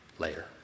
later